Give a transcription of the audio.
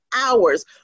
hours